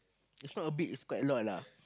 is not a bit is quite a lot lah